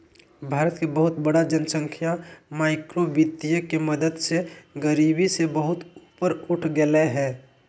भारत के बहुत बड़ा जनसँख्या माइक्रो वितीय के मदद से गरिबी से बहुत ऊपर उठ गेलय हें